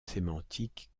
sémantique